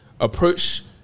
approach